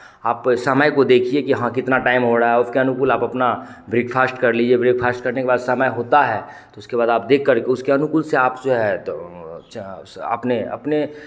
आप समय को देखिए कि हाँ कितना टाइम हो रहा उसके अनुकूल आप अपना ब्रेकफास्ट कर लीजिए ब्रेकफास्ट करने के बाद समय होता है तो उसके बाद आप देखकर उसके अनुकूल से आप जो है तो अपने अपने